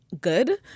good